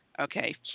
okay